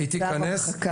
היא תיכנס.